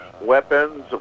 weapons